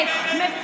עליהם.